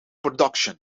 production